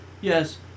yes